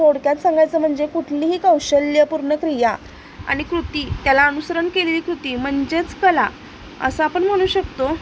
थोडक्यात सांगायचं म्हणजे कुठलीही कौशल्यपूर्ण क्रिया आनि कृती त्याला अनुसरण केलेली कृती म्हणजेच कला असं आपण म्हणू शकतो